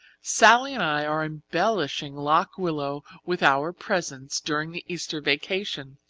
sallie and i are embellishing lock willow with our presence during the easter vacation.